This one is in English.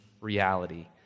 reality